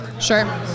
Sure